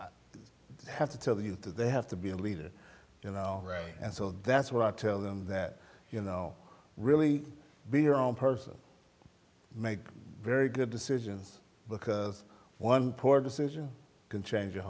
not have to tell you to they have to be a leader you know right and so that's what i tell them that you know really be your own person make very good decisions because one poor decision can change your